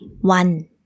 one